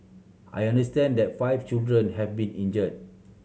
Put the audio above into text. I understand that five children have been injured